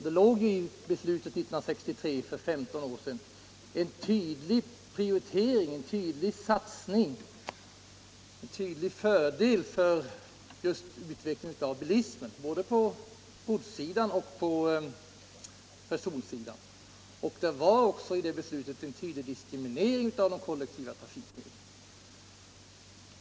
I beslutet 1963 — för 15 år sedan — låg det en tydlig prioritering av, en tydlig satsning på, en tydlig fördel för just utvecklingen av bilismen både på godssidan och på personsidan, och där fanns också en tydlig diskriminering av de kollektiva trafikmedlen.